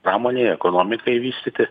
pramonei ekonomikai vystyti